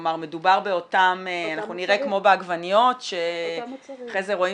כלומר מדובר באותם --- אנחנו נראה כמו בעגבניות שאחרי זה רואים